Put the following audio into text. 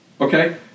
Okay